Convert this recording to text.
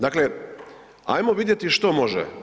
Dakle, ajmo vidjeti što može.